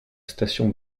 station